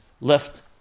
left